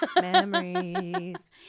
Memories